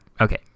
okay